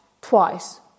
twice